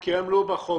כי הם לא בחוק.